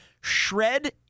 shred